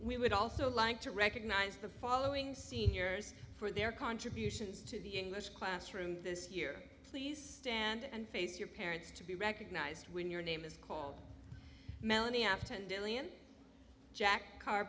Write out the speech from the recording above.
we would also like to recognize the following seniors for their contributions to the english classroom this year please stand and face your parents to be recognized when your name is called